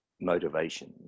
motivation